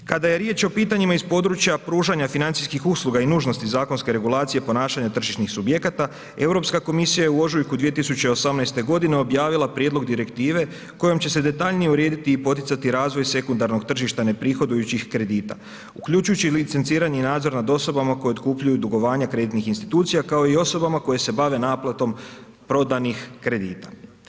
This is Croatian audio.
Kada je riječ o pitanjima iz područja pružanja financijskih usluga i nužnosti zakonske regulacije ponašanja tržišnih subjekata, EU komisija je u ožujku 2018. g. objavila prijedlog direktive kojom će se detaljnije urediti i poticati razvoj sekundarnog tržišta neprihodujućih kredita uključujući licencirani nadzor nad osobama koje otkupljuju dugovanja kreditnih institucija kao i osobama koje se bave naplatom prodanih kredita.